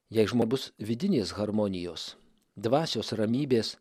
jei žmogus vidinės harmonijos dvasios ramybės